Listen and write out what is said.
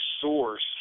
source